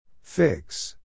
Fix